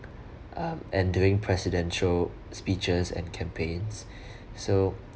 um and doing presidential speeches and campaigns so